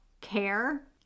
care